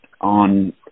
on